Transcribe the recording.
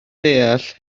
deall